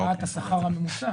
בשל הקפאת השכר הממוצע